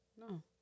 No